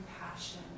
compassion